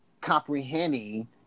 comprehending